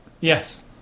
Yes